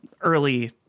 early